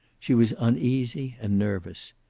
she was uneasy and nervous.